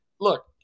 Look